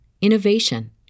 innovation